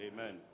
amen